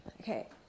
Okay